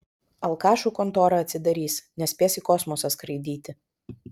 alkašų kontora atsidarys nespės į kosmosą skraidyti